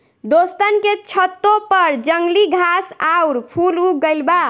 दोस्तन के छतों पर जंगली घास आउर फूल उग गइल बा